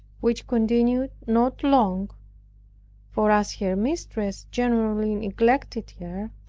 which continued not long for as her mistress generally neglected her,